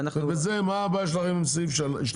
מה הבעיה שלכם עם סעיף 2?